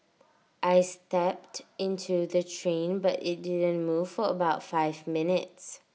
I stepped into the train but IT didn't move for about five minutes